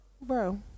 Bro